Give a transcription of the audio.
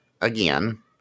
again